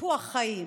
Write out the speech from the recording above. לקיפוח חיים